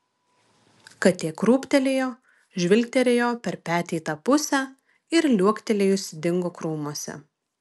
katė krūptelėjo žvilgterėjo per petį į tą pusę ir liuoktelėjusi dingo krūmuose